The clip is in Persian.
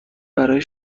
برای